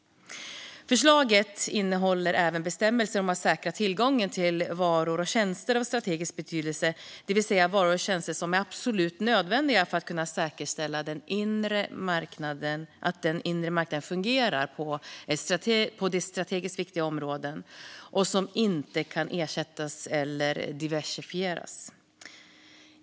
Förslaget innehåller även bestämmelser om att säkra tillgången till varor och tjänster av strategisk betydelse, det vill säga varor och tjänster som är absolut nödvändiga för att kunna säkerställa att den inre marknaden fungerar på strategiskt viktiga områden och som inte kan ersättas eller diversifieras.